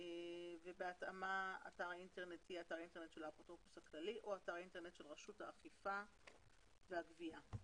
זה יהיה בתר האינטרנט של ראשותה אכיפה והגבייה.